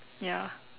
ya